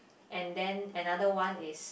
and then another one is